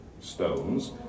stones